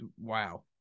Wow